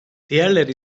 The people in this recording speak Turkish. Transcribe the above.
diğerleri